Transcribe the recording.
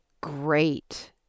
great